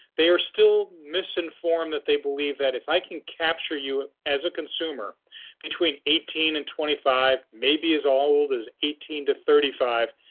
they are still misinformed that they believe that if i can capture you as a consumer between eighteen and twenty five, maybe as old as eighteen to thirty five,